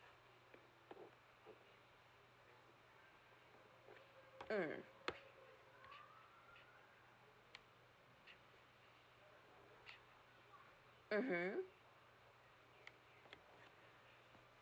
mm mmhmm